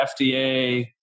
FDA